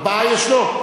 ארבעה יש לו?